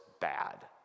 bad